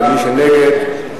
מי שנגד,